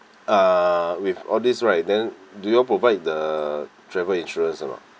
uh with all these right then do you all provide the travel insurance or not